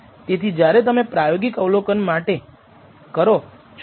તેથી જ્યારે તમે પ્રાયોગિક અવલોકન કરો છો